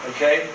Okay